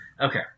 Okay